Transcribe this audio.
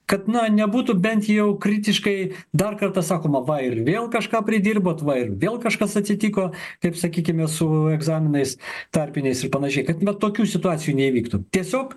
kad nebūtų bent jau kritiškai dar kartą sakoma va ir vėl kažką pridirbot va ir vėl kažkas atsitiko kaip sakykime su egzaminais tarpiniais ir panašiai kad vat tokių situacijų neįvyktų tiesiog